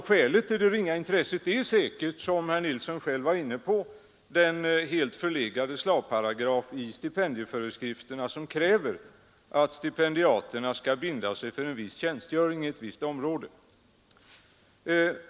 Skälet till det ringa intresset är säkerligen, som herr Nilsson i Agnäs själv var inne på, den helt förlegade slavparagraf i stipendieföreskrifterna som kräver att stipendiaterna skall binda sig för en viss tjänstgöring i ett visst område.